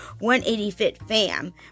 180FitFam